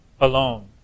alone